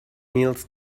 meals